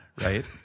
right